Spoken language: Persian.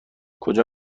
کجا